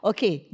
Okay